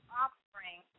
offspring